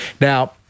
Now